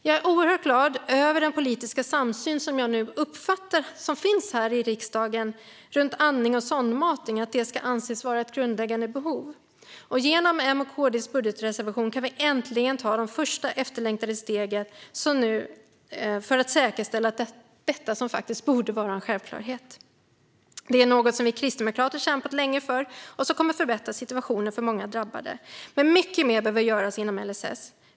Jag är oerhört glad över den politiska samsyn som jag nu uppfattar finns i riksdagen om att andning och sondmatning ska anses vara grundläggande behov. Genom M:s och KD:s budgetreservation kan vi äntligen ta det första efterlängtade steget för att säkerställa detta, som borde vara en självklarhet. Det är något som vi kristdemokrater har kämpat för länge och som kommer att förbättra situationen för många drabbade. Mycket mer behöver dock göras inom LSS.